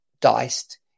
diced